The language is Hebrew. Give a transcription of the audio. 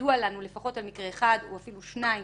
ידוע לנו לפחות על מקרה אחד או אפילו שניים